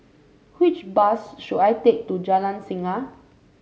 which bus should I take to Jalan Singa